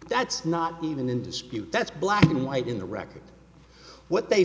and that's not even in dispute that's black and white in the record what they